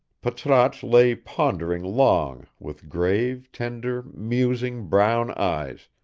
patrasche lay pondering long with grave, tender, musing brown eyes,